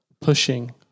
pushing